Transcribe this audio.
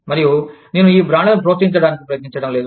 మరియు నేను ఈ బ్రాండ్లను ప్రోత్సహించడానికి ప్రయత్నించడం లేదు